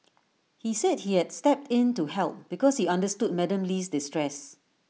he said he had stepped in to help because he understood Madam Lee's distress